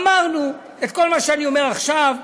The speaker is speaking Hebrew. אמרנו את כל מה שאני אומר עכשיו.